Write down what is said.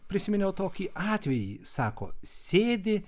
prisiminiau tokį atvejį sako sėdi